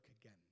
again